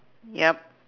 yup